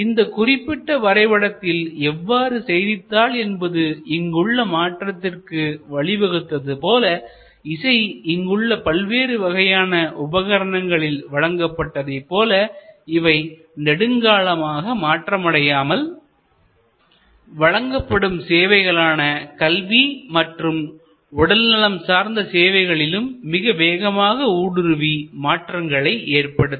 இந்த குறிப்பிட்ட வரைபடத்தில் எவ்வாறு செய்தித்தாள் என்பது இங்குள்ள மாற்றத்திற்கு வழி வகுத்தது போல இசை இங்கு உள்ள பல்வேறு வகையான உபகரணங்களில் வழங்கப்பட்டதை போல இவை நெடுங்காலமாக மாற்றமடையாமல் வழங்கப்படும் சேவைகளான கல்வி மற்றும் உடல் நலம் சார்ந்த சேவைகளிலும் மிக வேகமாக ஊடுருவி மாற்றங்களை ஏற்படுத்தும்